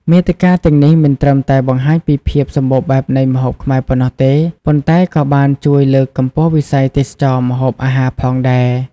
មាតិកាទាំងនេះមិនត្រឹមតែបង្ហាញពីភាពសម្បូរបែបនៃម្ហូបខ្មែរប៉ុណ្ណោះទេ ប៉ុន្តែក៏បានជួយលើកកម្ពស់វិស័យទេសចរណ៍ម្ហូបអាហារផងដែរ។